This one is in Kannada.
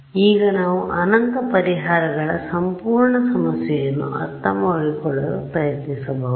ಆದ್ದರಿಂದ ಈಗ ನಾವು ಅನಂತ ಪರಿಹಾರಗಳ ಸಂಪೂರ್ಣ ಸಮಸ್ಯೆಯನ್ನು ಅರ್ಥಮಾಡಿಕೊಳ್ಳಲು ಪ್ರಯತ್ನಿಸಬಹುದು